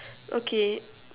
okay